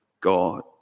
God